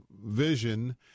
vision –